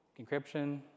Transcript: encryption